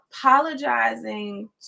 apologizing